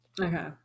Okay